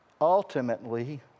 ultimately